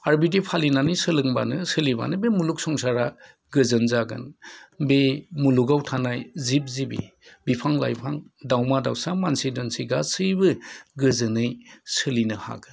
आरो बिदि सोलिनानै फालियोबानो बे मुलुग संसारा गोजोन जागोन बे मुलुगाव थानाय जिब जिबि बिफां लाइफां दावमा दावसा मानसि दुमसि गासैबो गोजोनै सोलिनो हागोन